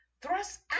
thrust